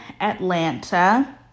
Atlanta